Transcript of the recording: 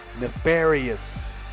Nefarious